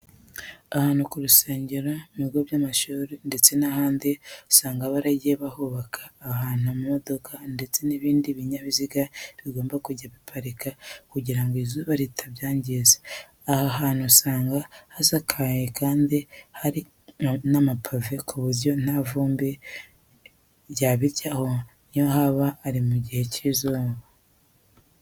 Ahantu ku nsengero, mu bigo by'amashuri ndetse n'ahandi usanga baragiye bahubaka ahantu amamodoka ndetse n'ibindi binyabiziga bigomba kujya biparika kugira ngo izuba ritabyangiza. Aha hantu usanga hasakaye kandi hari n'amapave ku buryo nta vumbi ryabijyaho n'iyo yaba ari mu gihe cy'izuba.